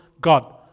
God